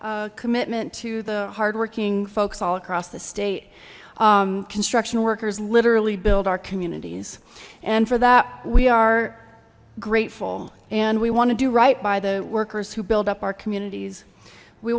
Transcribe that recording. commitment to the hard working folks all across the state construction workers literally build our communities and for that we are grateful and we want to do right by the workers who build up our communities we